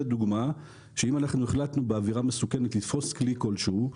לדוגמה אם אנחנו החלטנו בעבירה מסוכנת לתפוס כלי כלשהו,